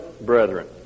brethren